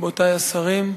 רבותי השרים,